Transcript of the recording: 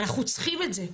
אנחנו צריכים את זה,